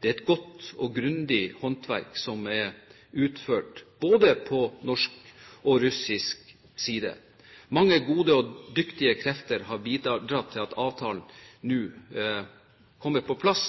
Det er et godt og grundig håndverk som er utført, både på norsk og russisk side. Mange gode og dyktige krefter har bidratt til at avtalen nå kommer på plass